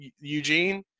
Eugene